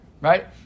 right